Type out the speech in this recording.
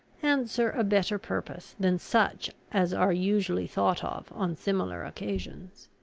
answer a better purpose than such as are usually thought of on similar occasions.